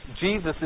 Jesus